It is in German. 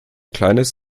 kleines